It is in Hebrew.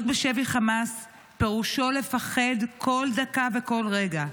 להיות בשבי חמאס פירושו לפחד כל דקה וכל רגע.